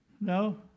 No